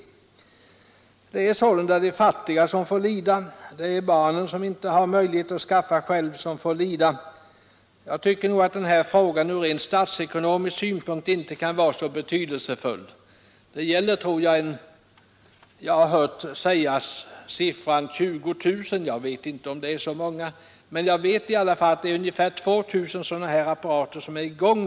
Det är sålunda de fattiga som får lida och även barnen, om de inte har möjlighet att skaffa sig apparaten själva. Jag tycker att denna fråga ur rent statsekonomisk synpunkt inte kan vara så betydelsefull. Jag vet inte hur många personer det gäller, men jag har hört antalet 20 000 nämnas i detta sammanhang. Jag vet i alla fall att ungefär 2 000 apparater av ifrågavarande typ nu är i gång.